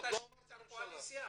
אל תאשים את הקואליציה.